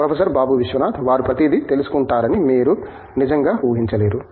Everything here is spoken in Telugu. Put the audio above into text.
ప్రొఫెసర్ బాబు విశ్వనాథ్ వారు ప్రతిదీ తెలుసుకుంటారని మీరు నిజంగా ఉహించలేరు